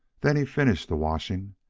then he finished the washing,